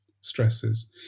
stresses